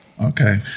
Okay